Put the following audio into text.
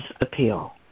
appeal